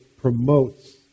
promotes